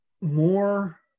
more